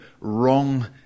wrong